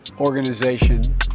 organization